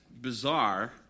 bizarre